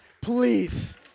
Please